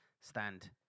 stand